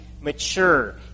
mature